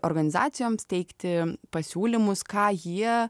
organizacijoms teikti pasiūlymus ką jie